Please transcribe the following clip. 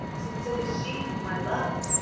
since it is she whom i love.